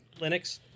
Linux